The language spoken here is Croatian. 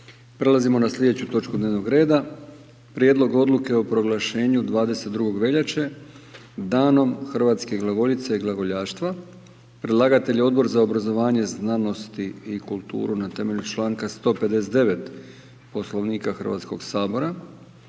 Prelazimo na sljedeću točku dnevnoga reda - Prijedlog odluke o proglašenju 22. veljače Danom hrvatske glagoljice i glagoljaštva Predlagatelj je Odbor za obrazovanje, znanost i kulturu na temelju članka 159. Poslovnika Hrvatskoga sabora.